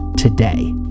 today